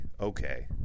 okay